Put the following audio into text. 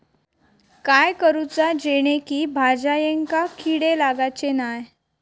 काय करूचा जेणेकी भाजायेंका किडे लागाचे नाय?